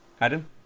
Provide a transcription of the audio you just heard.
adam